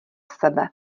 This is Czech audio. sebe